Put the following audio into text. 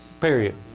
period